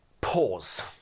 Pause